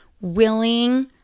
willing